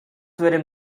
written